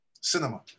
cinema